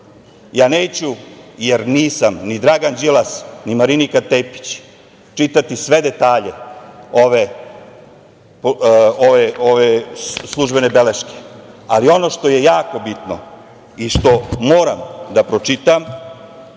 neću, jer nisam ni Dragan Đilas, ni Marinika Tepić, čitati sve detalje ove službene beleške, ali ono što je jako bitno i što moram da pročitam,